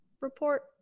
report